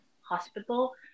hospital